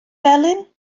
felyn